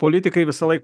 politikai visą laik